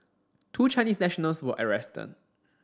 two Chinese nationals were arrested